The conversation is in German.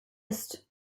ist